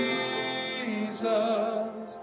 Jesus